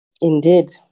indeed